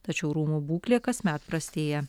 tačiau rūmų būklė kasmet prastėja